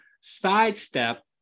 sidestep